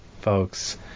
folks